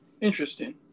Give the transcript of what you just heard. Interesting